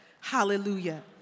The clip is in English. hallelujah